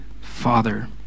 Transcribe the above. father